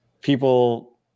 people